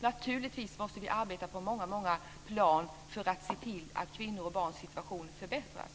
Naturligtvis måste vi arbeta på många plan för att se till att kvinnors och barns situation förbättras.